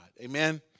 Amen